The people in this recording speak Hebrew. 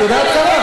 את יודעת כמה?